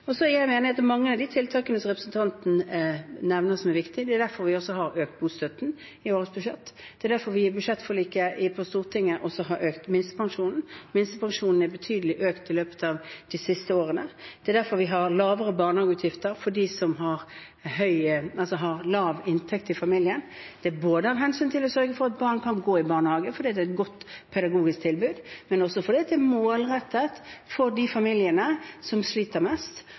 Så er det enighet om mange av de tiltakene som representanten nevner, som er viktig. Det er derfor vi har økt bostøtten i årets budsjett. Det er derfor vi i budsjettforliket på Stortinget også har økt minstepensjonen. Minstepensjonen er betydelig økt i løpet av de siste årene. Det er derfor vi har lavere barnehageutgifter for dem som har lav inntekt i familien. Det er for å sørge for at barn kan gå i barnehage fordi det er et godt pedagogisk tilbud, men også fordi det er målrettet for de familiene som sliter mest.